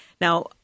Now